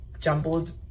jumbled